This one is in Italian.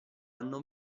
anno